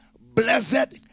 blessed